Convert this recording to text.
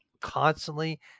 constantly